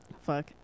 fuck